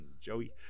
Joey